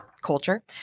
culture